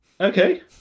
Okay